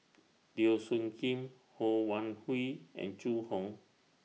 Teo Soon Kim Ho Wan Hui and Zhu Hong